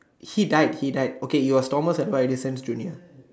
he died he died okay you are Thomas Edison junior